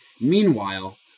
Meanwhile